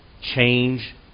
change